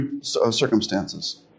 circumstances